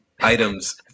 items